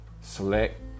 select